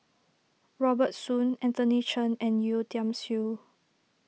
Robert Soon Anthony Chen and Yeo Tiam Siew